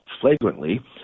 flagrantly